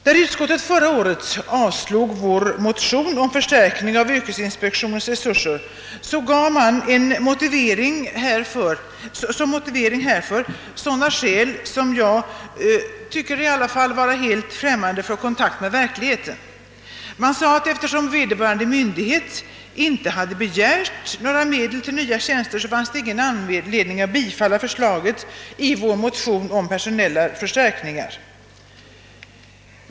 När utskottet förra året avstyrkte vår motion om förstärkning av yrkesinspektionens resurser gav man som motivering härför sådana skäl som i varje fall jag finner saknar kontakt med verkligheten. Man sade att eftersom vederbörande myndighet inte hade begärt några medel till nya tjänster fanns det ingen anledning att tillstyrka förslaget i vår motion om personella förstärkningar.